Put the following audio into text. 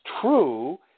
true